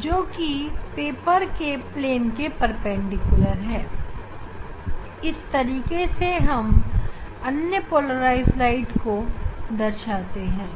जिसमें बिंदु वाले कॉम्पोनेंटपेपर के प्लेन के परपेंडिकुलर है और इस तरीके से हम अनपोलराइज्ड प्रकाश को दर्शाते हैं